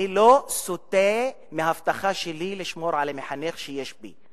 אני לא סוטה מההבטחה שלי לשמור על המחנך שיש בי,